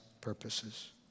purposes